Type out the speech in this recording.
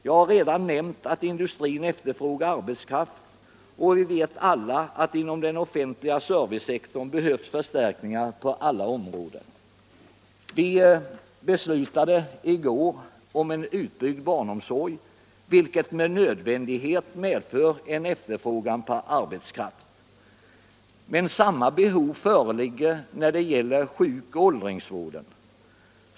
Jag har redan nämnt att industrin efterfrågar arbetskraft, och de vet alla att inom den offentliga servicesektorn behövs förstärkningar på alla områden. Vi fattade i går beslut om en utbyggd barnomsorg, vilket med növändighet medför en efterfrågan på arbetskraft. Men samma behov föreligger när det gäller sjuk och åldringsvården.